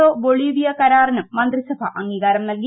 O Bolivia കരാറിനും മന്ത്രിസഭ അംഗീകാരം നൽകി